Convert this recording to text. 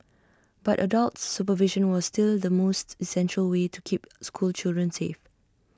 but adult supervision was still the most essential way to keep school children safe